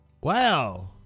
Wow